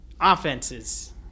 offenses